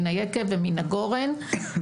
אני קמה בבוקר ולא בעבור הערכה והתודה,